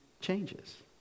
changes